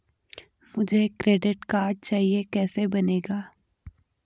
मुझे credit card चाहिए कैसे बनेगा?